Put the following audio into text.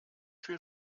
viele